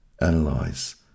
analyze